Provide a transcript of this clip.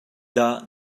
dah